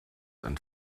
and